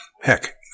heck